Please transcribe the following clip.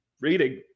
reading